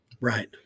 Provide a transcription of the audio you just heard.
Right